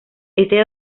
este